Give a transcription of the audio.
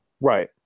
Right